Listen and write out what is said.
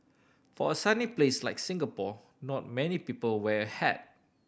for a sunny place like Singapore not many people wear hat